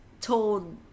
told